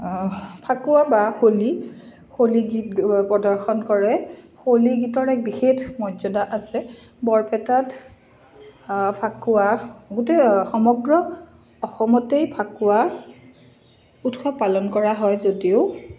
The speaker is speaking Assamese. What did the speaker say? ফাকুৱা বা হোলী হোলী গীত প্ৰদৰ্শন কৰে হোলী গীতৰ এক বিশেষ মৰ্যাদা আছে বৰপেটাত ফাকুৱা গোটেই সমগ্ৰ অসমতেই ফাকুৱা উৎসৱ পালন কৰা হয় যদিও